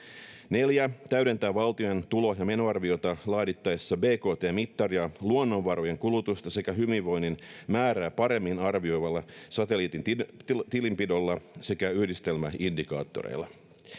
neljä täydentää valtion tulo ja menoarviota laadittaessa bkt mittaria luonnonvarojen kulutusta sekä hyvinvoinnin määrää paremmin arvioivalla satelliittitilinpidolla sekä yhdistelmäindikaattoreilla